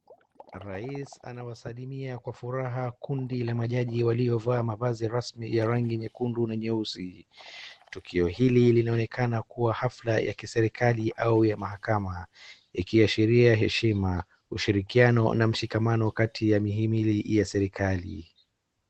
Rais ana wasalimia kwa furaha kundi la majaji waliovaa mavazi rasmi ya rangi nyekundu na nyeusi. Tukio hili linaonekana kuwa hafla ya kiserikali au ya mahakama ikiashiria heshima ushirikiano na mshikimano kati ya mihimili ya serikali.,